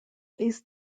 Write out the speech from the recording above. these